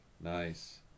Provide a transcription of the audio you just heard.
Nice